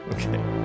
Okay